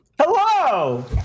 Hello